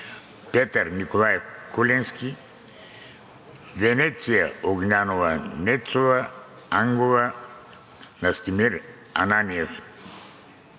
Петър Николаев Куленски, Венеция Огнянова Нецова-Ангова, Настимир Ананиев